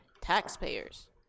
Taxpayers